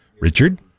Richard